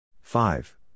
five